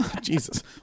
Jesus